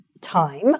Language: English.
time